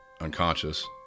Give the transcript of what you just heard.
unconscious